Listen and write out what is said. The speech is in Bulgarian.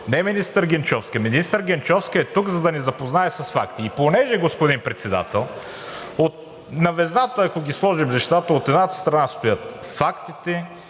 не министър Генчовска?! Министър Генчовска е тук, за да ни запознае с факти. И понеже, господин Председател, ако сложим на везната нещата, от едната страна стоят фактите,